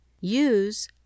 Use